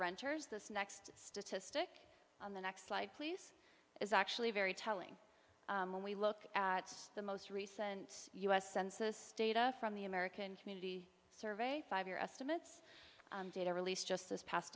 renters this next statistic on the next slide please is actually very telling when we look at the most recent u s census data from the american community survey five year estimates data released just this past